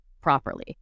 properly